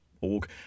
org